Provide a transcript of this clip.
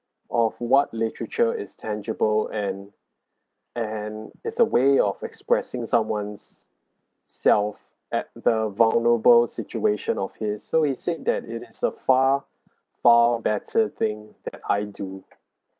of what literature is tangible and and it's a way of expressing someone's self at the vulnerable situation of his so he said that it is a far far better thing that I do